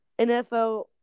NFL